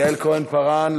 יעל כהן-פארן,